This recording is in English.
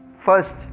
first